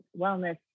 wellness